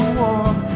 warm